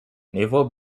naval